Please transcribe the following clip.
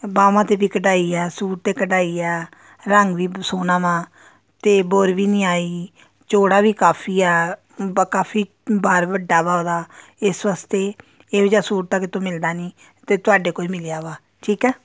ਬਾਹਵਾਂ 'ਤੇ ਵੀ ਕਢਾਈ ਆ ਸੂਟ 'ਤੇ ਕਢਾਈ ਆ ਰੰਗ ਵੀ ਬੋ ਸੋਹਣਾ ਵਾ ਅਤੇ ਬੁਰ ਵੀ ਨਹੀਂ ਆਈ ਚੋੜਾ ਵੀ ਕਾਫ਼ੀ ਆ ਬ ਕਾਫ਼ੀ ਬਾਰ ਵੱਡਾ ਵਾ ਉਹਦਾ ਇਸ ਵਾਸਤੇ ਇਹੋ ਜਿਹਾ ਸੂਟ ਤਾਂ ਕਿਤੋਂ ਮਿਲਦਾ ਨਹੀਂ ਅਤੇ ਤੁਹਾਡੇ ਕੋਲ ਮਿਲਿਆ ਵਾ ਠੀਕ ਆ